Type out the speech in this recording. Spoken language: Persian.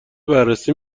بررسی